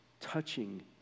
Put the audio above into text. touching